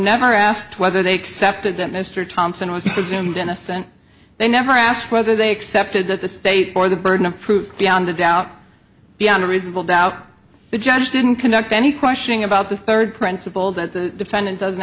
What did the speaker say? never asked whether they accepted that mr thompson was presumed innocent they never asked whether they accepted that the state or the burden of proof beyond a doubt beyond a reasonable doubt the judge didn't conduct any questioning about the third principle that the defendant doesn't